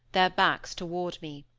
their backs toward me.